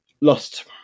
lost